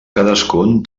cadascun